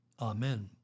Amen